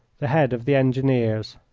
the head of the engineers.